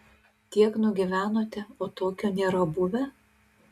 tiek nugyvenote o tokio nėra buvę